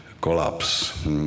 collapse